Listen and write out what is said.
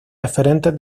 referentes